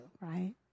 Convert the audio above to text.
right